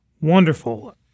Wonderful